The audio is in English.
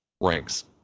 ranks